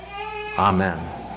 Amen